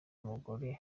abagore